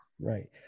Right